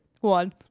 One